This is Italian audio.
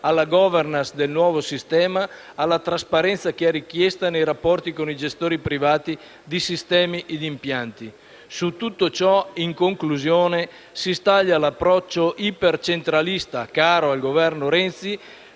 alla*governance* del nuovo sistema, alla trasparenza richiesta nei rapporti con i gestori privati di sistemi e di impianti. Su tutto ciò, in conclusione, si staglia l'approccio ipercentralista caro al Governo Renzi,